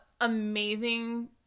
amazing